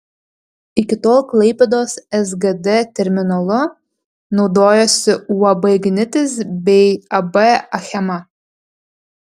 iki tol klaipėdos sgd terminalu naudojosi uab ignitis bei ab achema